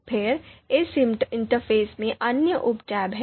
फिर इस इंटरफ़ेस में अन्य उप टैब हैं